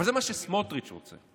אבל זה מה שסמוטריץ' רוצה.